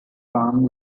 farm